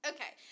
Okay